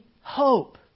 hope